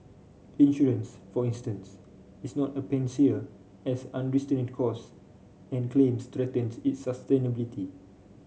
insurance for instance is not a panacea as unrestrained cost and claims threaten its sustainability